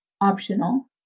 optional